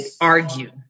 argue